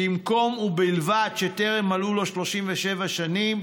במקום "ובלבד שטרם מלאו לו 37 שנים,